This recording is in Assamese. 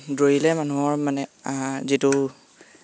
দৌৰিলে মানুহৰ মানে যিটো